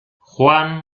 juan